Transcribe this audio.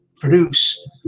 produce